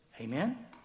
Amen